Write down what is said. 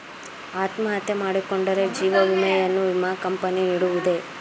ಅತ್ಮಹತ್ಯೆ ಮಾಡಿಕೊಂಡರೆ ಜೀವ ವಿಮೆಯನ್ನು ವಿಮಾ ಕಂಪನಿ ನೀಡುವುದೇ?